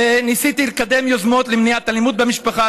וניסיתי לקדם יוזמות למניעת אלימות במשפחה,